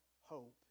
hope